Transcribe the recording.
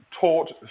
taught